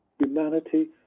humanity